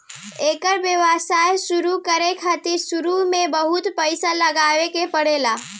एकर व्यवसाय शुरु करे खातिर शुरू में बहुत पईसा लगावे के पड़ेला